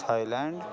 Thailand